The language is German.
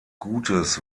gutes